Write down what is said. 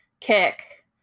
kick